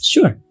Sure